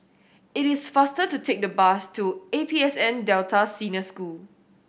it is faster to take the bus to A P S N Delta Senior School